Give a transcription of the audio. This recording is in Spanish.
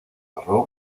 cerró